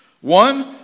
One